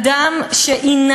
אני וחברי,